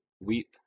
Weep